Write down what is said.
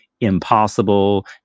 impossible